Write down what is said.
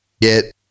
get